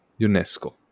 UNESCO